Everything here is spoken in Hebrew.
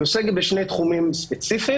היא עוסקת בשני תחומים ספציפיים.